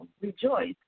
rejoice